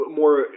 more